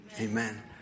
Amen